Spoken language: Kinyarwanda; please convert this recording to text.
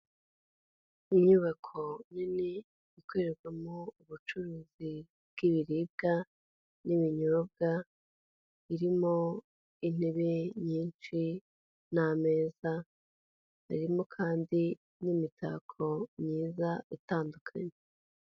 Inyubako nini ikorerwamo ubucuruzi bw'ibiribwa n'ibinyobwa, irimo intebe nyinshi n'ameza, harimo kandi n'imitako myiza itandukanye.